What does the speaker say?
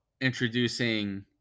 introducing